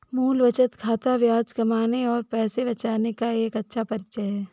मूल बचत खाता ब्याज कमाने और पैसे बचाने का एक अच्छा परिचय है